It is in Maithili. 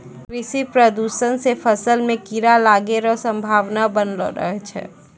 कृषि प्रदूषण से फसल मे कीड़ा लागै रो संभावना वनलो रहै छै